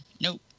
Nope